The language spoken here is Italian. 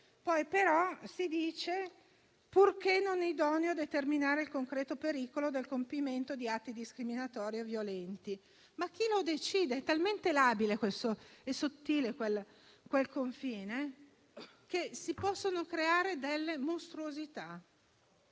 poi però si aggiunge: «purché non idonee a determinare il concreto pericolo del compimento di atti discriminatori o violenti». Chi lo decide? È talmente labile e sottile quel confine, che si possono creare mostruosità.